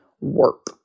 work